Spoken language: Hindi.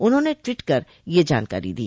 उन्होंने टवीट कर यह जानकारी दी